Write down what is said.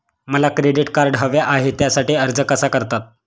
मला credit card हवे आहे त्यासाठी अर्ज कसा करतात?